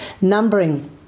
numbering